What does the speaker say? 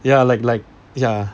ya like like ya